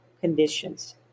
conditions